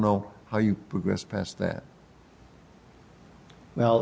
know how you progress past that well